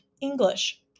English